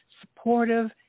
supportive